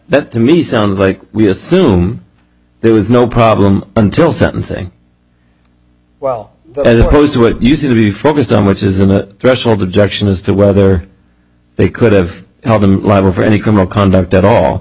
that to me sounds like we assume there was no problem until sentencing well as opposed to what you seem to be focused on which isn't a threshold objection as to whether they could have held him liable for any criminal conduct at all